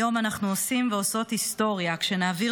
היום אנחנו עושים ועושות היסטוריה כשנעביר